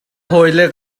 hawile